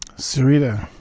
syreeta.